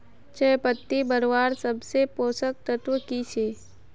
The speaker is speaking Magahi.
चयपत्ति बढ़वार सबसे पोषक तत्व की छे?